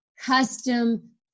custom